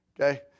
Okay